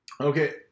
Okay